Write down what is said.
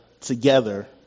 together